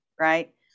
right